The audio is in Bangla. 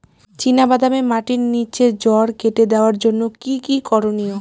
চিনা বাদামে মাটির নিচে জড় কেটে দেওয়ার জন্য কি কী করনীয়?